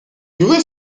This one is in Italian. due